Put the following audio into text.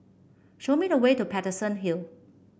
show me the way to Paterson Hill